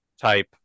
type